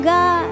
God